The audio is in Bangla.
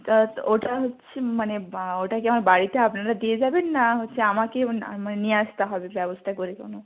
তা ওটা হচ্ছে মানে ওটা কি আমার বাড়িতে আপনারা দিয়ে যাবেন না হচ্ছে আমাকে মানে নিয়ে আসতে হবে ব্যবস্থা করে কোনো